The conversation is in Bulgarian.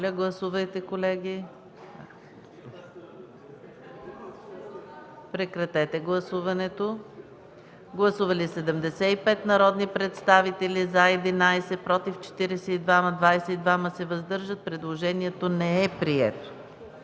Предложението не е прието.